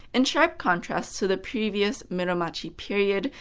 in sharp contrast to the previous muromachi period,